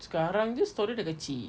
sekarang jer store dia dah kecil